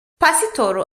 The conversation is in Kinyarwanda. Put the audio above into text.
pasitoro